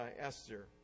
Esther